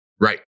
Right